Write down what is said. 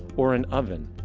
or an oven,